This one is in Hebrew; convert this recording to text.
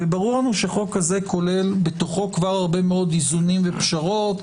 וברור לנו שחוק כזה כולל בתוכו כבר הרבה מאוד איזונים ופשרות,